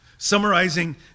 Summarizing